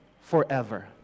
forever